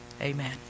Amen